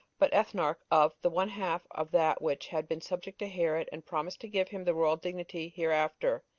but ethnarch of the one half of that which had been subject to herod, and promised to give him the royal dignity hereafter,